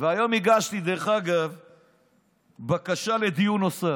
והיום הגשתי בקשה לדיון נוסף,